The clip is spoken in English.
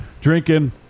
Drinking